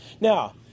Now